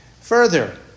further